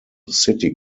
city